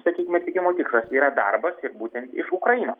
sakykim atvykimo tikslas yra darbas ir būtent iš ukrainos